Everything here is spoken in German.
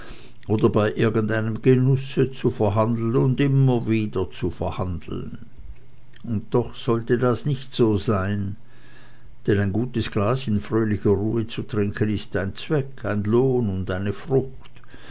oder bei irgendeinem genusse zu verhandeln und immer wieder zu verhandeln und doch sollte das nicht so sein denn ein gutes glas in fröhlicher ruhe zu trinken ist ein zweck ein lohn oder eine frucht